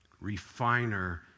refiner